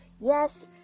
yes